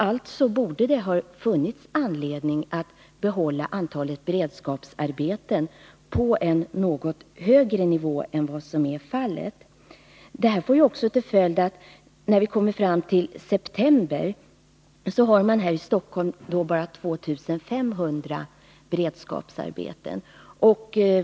Det borde alltså ha funnits anledning att behålla antalet beredskapsarbeten på en något högre nivå än vad som är fallet. Denna neddragning får också till följd att man fram i september här i Stockholm bara har 2 500 beredskapsarbeten.